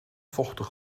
vochtig